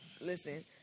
listen